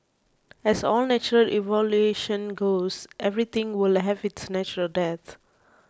as all natural evolution goes everything will have its natural death